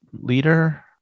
leader